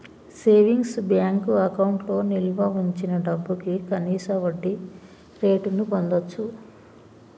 savings bank అకౌంట్లో నిల్వ వుంచిన డబ్భుకి కనీస వడ్డీరేటును పొందచ్చు